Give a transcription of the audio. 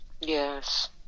Yes